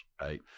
right